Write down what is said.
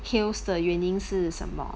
heels 的原因是什么